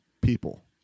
people